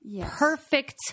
perfect